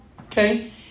okay